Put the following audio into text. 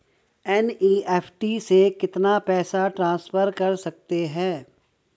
NEFT से कितना पैसा ट्रांसफर कर सकते हैं?